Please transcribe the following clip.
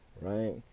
right